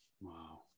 Wow